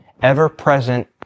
ever-present